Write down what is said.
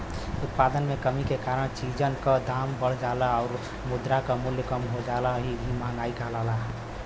उत्पादन में कमी के कारण चीजन क दाम बढ़ जाना आउर मुद्रा क मूल्य कम हो जाना ही मंहगाई कहलाला